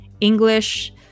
English